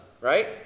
right